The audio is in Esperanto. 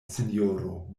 sinjoro